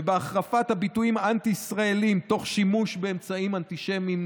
ובהחרפת הביטויים האנטי-ישראליים תוך שימוש באמצעים אנטישמיים,